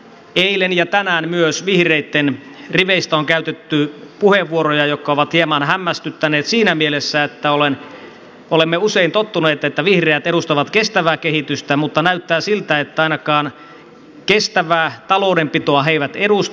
eilen ja tänään myös vihreitten riveistä on käytetty puheenvuoroja jotka ovat hieman hämmästyttäneet siinä mielessä että olemme usein tottuneet että vihreät edustavat kestävää kehitystä mutta näyttää siltä että ainakaan kestävää taloudenpitoa he eivät edusta